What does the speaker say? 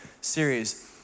series